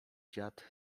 dziad